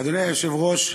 אדוני היושב-ראש,